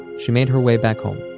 she made her way back home,